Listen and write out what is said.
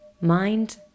Mind